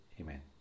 Amen